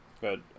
Good